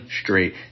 straight